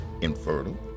infertile